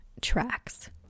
tracks